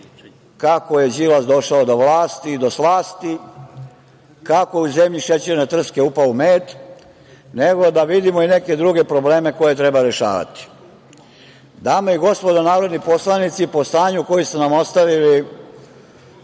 kako je Đilas došao do vlasti i do slasti, kako je u zemlji šećerne trske upao u med, nego da vidimo i neke druge probleme koje treba rešavati. Dame i gospodo narodni poslanici, po stanju koje su nam ostavili